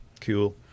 cool